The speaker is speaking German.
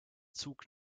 zug